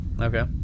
Okay